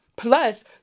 Plus